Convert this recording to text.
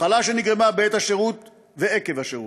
מחלה שנגרמה בעת השירות ועקב השירות.